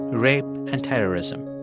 rape and terrorism.